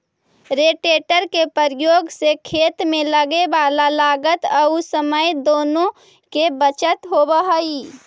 rotator के प्रयोग से खेत में लगे वाला लागत औउर समय दुनो के बचत होवऽ हई